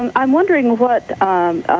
and i'm wondering what um